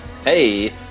Hey